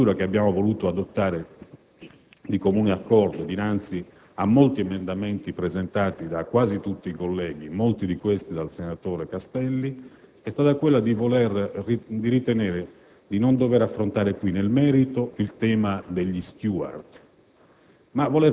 Un'altra misura che abbiamo voluto adottare di comune accordo dinanzi a molti emendamenti presentati da quasi tutti colleghi, e molti di questi dal senatore Castelli, è stata di ritenere di non dover affrontare qui nel merito il tema degli *stewards*